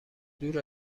دور